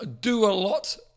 Do-A-Lot